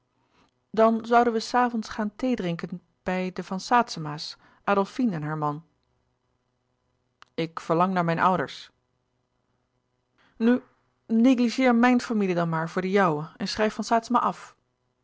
dan zouden wij s avonds gaan thee drinken bij de van saetzema's adolfine en haar man ik verlang naar mijn ouders nu negligeer mijn familie dan maar voor de jouwe en schrijf van saetzema af